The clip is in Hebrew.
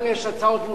אם יש הצעות מוסכמות,